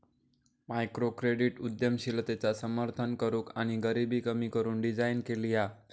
microcredit उद्यमशीलतेचा समर्थन करूक आणि गरीबी कमी करू डिझाईन केली हा